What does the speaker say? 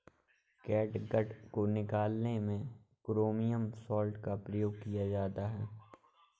catgut को निकालने में क्रोमियम सॉल्ट का प्रयोग किया जाता है